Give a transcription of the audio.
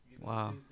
Wow